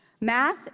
Math